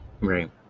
Right